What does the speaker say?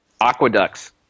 Aqueducts